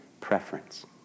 preference